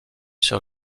sur